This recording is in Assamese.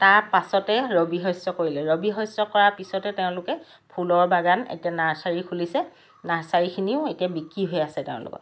তাৰ পাছতে ৰবি শস্য কৰিলে ৰবি শস্য কৰাৰ পিছতে তেওঁলোকে ফুলৰ বাগান এতিয়া নাৰ্চাৰি খুলিছে নাৰ্চাৰিখিনিও একে বিক্ৰী হৈ আছে তেওঁলোকৰ